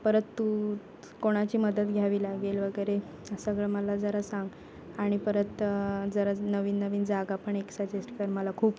परत तू कोणाची मदत घ्यावी लागेल वगैरे हे सगळं मला जरा सांग आणि परत जरा नवीन नवीन जागा पण एक सजेस्ट कर मला खूप